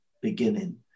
beginning